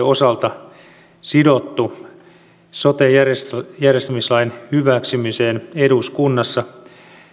osalta sidottu sote järjestämislain hyväksymiseen eduskunnassa